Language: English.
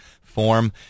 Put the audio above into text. form